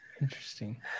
interesting